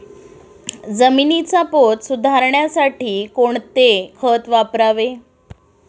जमिनीचा पोत सुधारण्यासाठी कोणते खत वापरावे?